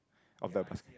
of the basket